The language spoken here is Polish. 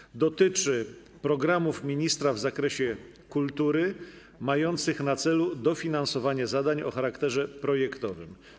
Pytanie dotyczy programów ministra w zakresie kultury mających na celu dofinansowanie zadań o charakterze projektowym.